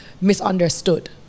misunderstood